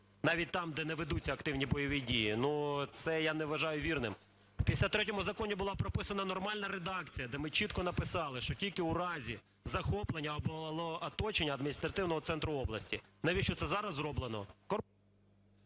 навіть там, де не ведуться активні бойові дії, ну, це я не вважаю вірним. В 53-му Законі була прописана нормальна редакція, де ми чітко написали, що тільки у разі захоплення або оточення адміністративного центру області. Навіщо це зараз зроблено…